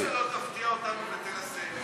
למה שלא תפתיע אותנו ותנסה את זה?